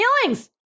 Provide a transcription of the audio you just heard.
feelings